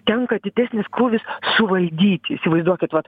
tenka didesnis krūvis suvaldyti įsivaizduokit vat